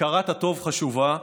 הכרת הטוב חשובה מאוד,